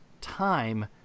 time